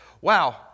wow